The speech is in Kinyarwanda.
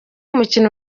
umukino